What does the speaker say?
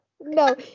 no